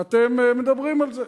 ואתם מדברים על זה,